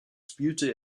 spielte